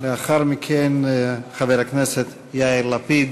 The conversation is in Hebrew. לאחר מכן, חבר הכנסת יאיר לפיד,